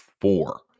four